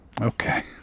Okay